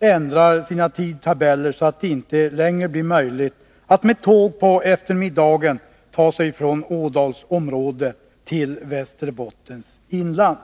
ändrar sina tidtabeller, så att det inte längre blir möjligt att med tåg, på eftermiddagen, ta sig från Ådalsområdet till Västerbottens inland.